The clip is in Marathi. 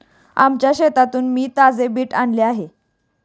आमच्या शेतातून मी ताजे बीट आणले आहे